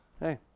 hey